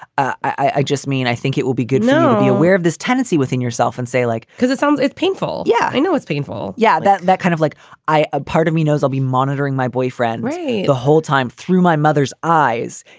i just mean, i think it will be good. no. be aware of this tendency within yourself and say like because it sounds painful. yeah, i know it's painful. yeah. that that kind of like i. a part of me knows i'll be monitoring my boyfriend the whole time through my mother's eyes.